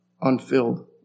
unfilled